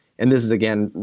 and this is, again,